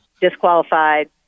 disqualified